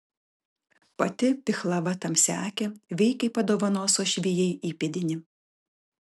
pati pihlava tamsiaakė veikiai padovanos uošvijai įpėdinį